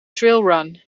trailrun